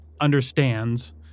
understands